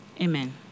Amen